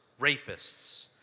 rapists